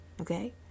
Okay